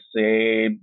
say